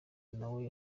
nawe